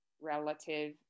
relative